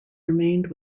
remained